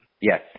Yes